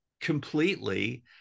completely